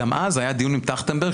גם אז היה דיון עם טרכטנברג,